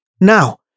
now